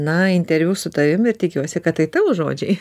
na interviu su tavim ir tikiuosi kad tai tavo žodžiai